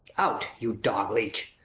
out, you dog-leech!